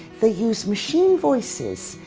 they use machine voices,